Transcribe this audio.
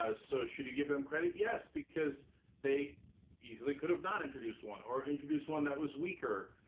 ah so should you give them credit? yes, because they easily could have not introduced one or introduced one that was weaker.